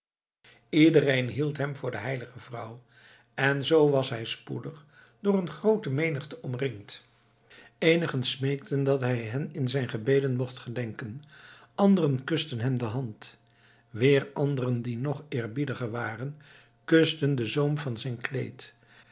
iedereen hield hem voor de heilige vrouw en zoo was hij spoedig door een groote menigte omringd eenigen smeekten dat hij hen in zijn gebeden mocht gedenken anderen kusten hem de hand weer anderen die nog eerbiediger waren kusten den zoom van zijn kleed